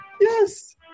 yes